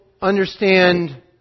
understand